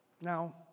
Now